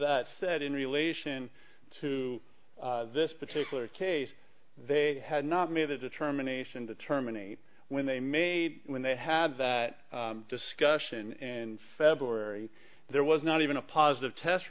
that said in relation to this particular case they had not made the determination to terminate when they made when they had that discussion in february there was not even a positive test